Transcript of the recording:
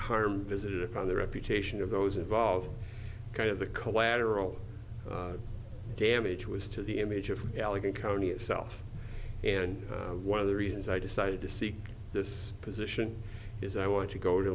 harm visited upon the reputation of those involved kind of the collateral damage was to the image of allegheny county itself and one of the reasons i decided to seek this position is i want to go to